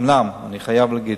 אומנם אני חייב להגיד,